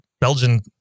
Belgian